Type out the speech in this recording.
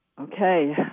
Okay